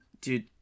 dude